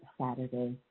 Saturday